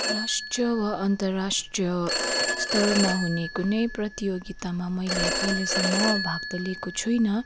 राष्ट्रिय वा अन्तराष्ट्रिय स्तरमा हुने कुनै प्रतियोगितामा मैले अहिलेसम्म भाग त लिएको छुइनँ